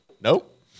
Nope